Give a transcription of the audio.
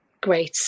great